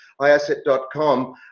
iAsset.com